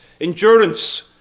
endurance